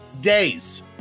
days